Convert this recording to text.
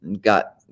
got